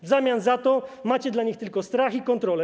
W zamian macie dla nich tylko strach i kontrolę.